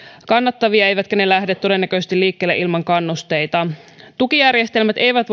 kannattavia eivätkä ne lähde todennäköisesti liikkeelle ilman kannusteita tukijärjestelmät eivät